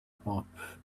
pop